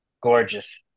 Gorgeous